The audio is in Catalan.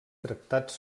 tractats